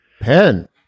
pen